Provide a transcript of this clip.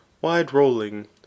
wide-rolling